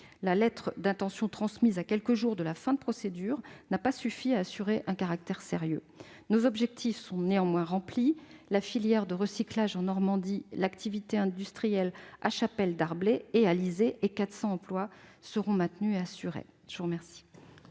La lettre d'intention transmise à quelques jours de la fin de la procédure n'a pas suffi à assurer un caractère sérieux. Nos objectifs sont néanmoins remplis : la filière du recyclage en Normandie, l'activité industrielle à Chapelle Darblay et Alizay et 400 emplois seront maintenus et assurés. La parole